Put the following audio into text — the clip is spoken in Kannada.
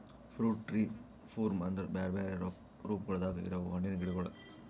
ಫ್ರೂಟ್ ಟ್ರೀ ಫೂರ್ಮ್ ಅಂದುರ್ ಬ್ಯಾರೆ ಬ್ಯಾರೆ ರೂಪಗೊಳ್ದಾಗ್ ಇರವು ಹಣ್ಣಿನ ಗಿಡಗೊಳ್